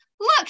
look